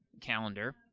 calendar